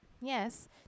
yes